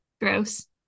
Gross